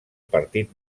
partit